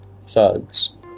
thugs